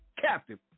captive